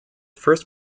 first